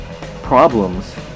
problems